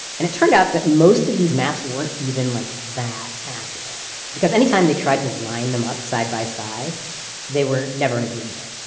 and it turned out that most of these maps weren't even like that accurate because anytime they tried to line them up side by side they were never in agreement.